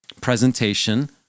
presentation